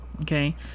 Okay